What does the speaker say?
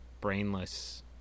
brainless